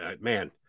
man